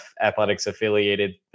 athletics-affiliated